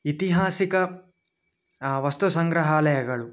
ಐತಿಹಾಸಿಕ ವಸ್ತು ಸಂಗ್ರಹಾಲಯಗಳು